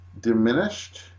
diminished